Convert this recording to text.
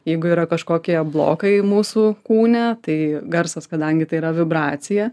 jeigu yra kažkokie blokai mūsų kūne tai garsas kadangi tai yra vibracija